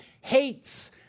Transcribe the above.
hates